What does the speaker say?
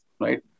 right